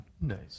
nice